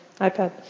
iPad